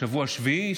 שבוע שביעי?